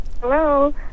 Hello